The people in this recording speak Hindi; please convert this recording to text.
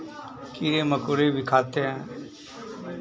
कीड़े मकोड़े भी खाते हैं